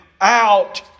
out